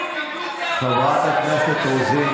חבר הכנסת פרוש.